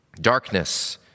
darkness